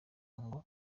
ngo